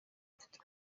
mfite